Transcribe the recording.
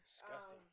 Disgusting